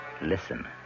listen